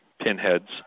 pinheads